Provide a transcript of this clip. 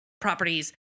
properties